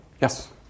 Yes